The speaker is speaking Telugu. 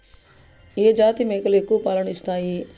ఏ జాతి మేకలు ఎక్కువ పాలను ఇస్తాయి?